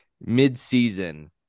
Mid-season